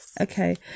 Okay